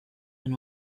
and